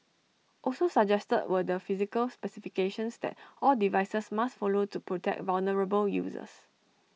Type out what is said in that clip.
also suggested were the physical specifications that all devices must follow to protect vulnerable users